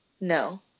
No